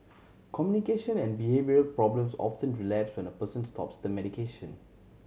communication and behavioural problems often relapse when the person stops the medication